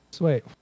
Wait